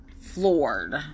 floored